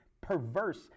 perverse